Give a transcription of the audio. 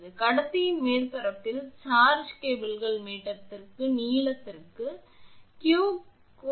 கடத்தியின் மேற்பரப்பில் சார்ஜ் கேபிளின் மீட்டர் நீளத்திற்கு q கூலம்பாக இருக்கட்டும்